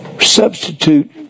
substitute